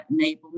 enablement